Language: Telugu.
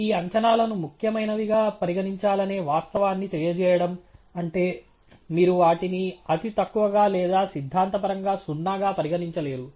ఈ అంచనాలను ముఖ్యమైనవిగా పరిగణించాలనే వాస్తవాన్ని తెలియజేయడం అంటే మీరు వాటిని అతితక్కువగా లేదా సిద్ధాంతపరంగా సున్నాగా పరిగణించలేరు